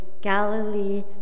Galilee